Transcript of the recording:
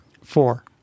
Four